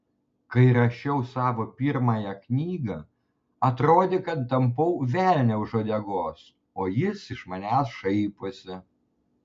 kai rašiau savo pirmąją knygą atrodė kad tampau velnią už uodegos o jis iš manęs šaiposi